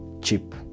cheap